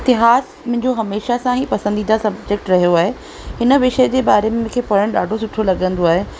इतिहास मुंहिंजो हमेशह सां ई पसंदीदा सब्जेक्ट रहियो आहे हिन विषय जे बारे में मूंखे पढ़ण ॾाढो सुठो लॻंदो आहे